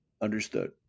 understood